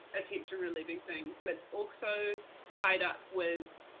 a tension relieving thing, but it's also tied up with,